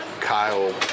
kyle